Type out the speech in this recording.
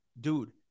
dude